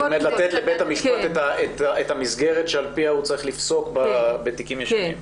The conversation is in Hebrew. לתת לבית המשפט את המסגרת שעל פיה הוא צריך לפסוק בתיקים ישנים.